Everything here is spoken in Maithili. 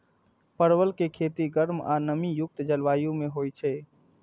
परवल के खेती गर्म आ नमी युक्त जलवायु मे होइ छै